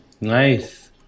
Nice